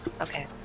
Okay